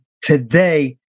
today